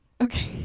okay